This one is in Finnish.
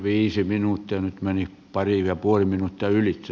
nyt meni pari ja puoli minuuttia ylitse